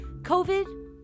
COVID